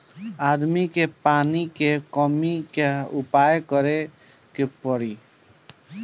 आदमी के पानी के कमी क उपाय करे के पड़ी